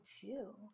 two